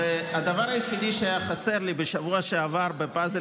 הדבר היחידי שהיה חסר לי בשבוע שעבר בפאזל